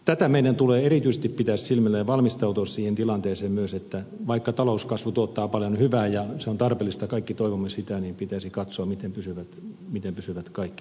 tätä meidän tulee erityisesti pitää silmällä ja valmistautua siihen tilanteeseen myös että vaikka talouskasvu tuottaa paljon hyvää ja se on tarpeellista kaikki toivomme sitä niin pitäisi katsoa miten pysyvät kaikki mukana